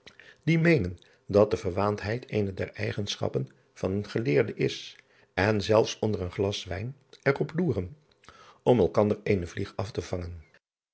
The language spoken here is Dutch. die meenen dat de verwaandheid eene der eigenschappen van een geleerde is en zelfs onder een glas wijn er op loeren om elkander eene driaan oosjes zn et leven van illegonda uisman vlieg af te vangen